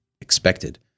expected